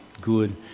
good